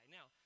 Now